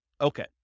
Okay